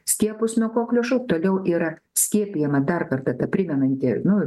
skiepus nuo kokliušo toliau yra skiepijama dar kartą ta primenanti nu